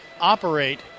operate